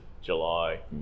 July